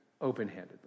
open-handed